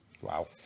Wow